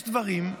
יש דברים,